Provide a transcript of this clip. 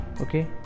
okay